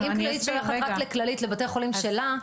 רגע --- הרי אם כללית שולחת רק לבתי החולים שלה,